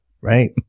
right